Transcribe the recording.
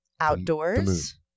Outdoors